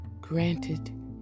granted